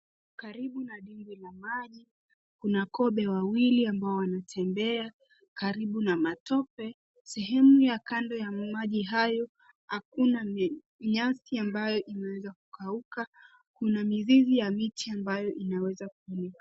Karibu na dimbwi la maji kuna kobe wawili ambao wanatembea karibu na matope. Sehemu ya kando ya maji hayo hakuna nyasi ambayo imeweza kukauka. Kuna mizizi ya miti ambayo inaweza kuonekana.